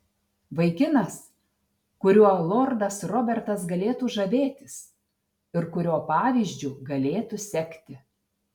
vaikinas kuriuo lordas robertas galėtų žavėtis ir kurio pavyzdžiu galėtų sekti